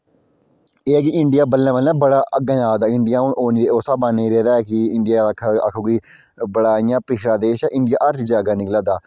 एह् ऐ कि इंडिया बल्लें बल्लें बड़ा अग्गै जा दा इंडिया हुन उस स्हाबा नी रेह् दा ऐ कि इंडिया आक्खो कि बड़ै इयां पिछड़ा देश ऐ इंडिया हर चीजा अग्गै निकला दा